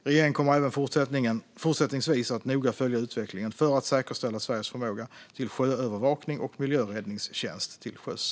Regeringen kommer även fortsättningsvis att noga följa utvecklingen för att säkerställa Sveriges förmåga till sjöövervakning och miljöräddningstjänst till sjöss.